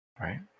Right